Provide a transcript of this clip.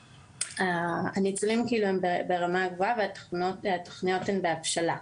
הניצולים הם ברמה גבוהה והתוכניות הן בהבשלה,